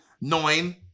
nine